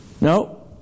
No